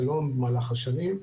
זה לא במהלך השנים,